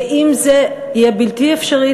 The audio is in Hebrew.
ואם זה יהיה בלתי אפשרי,